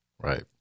Right